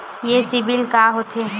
ये सीबिल का होथे?